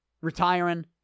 retiring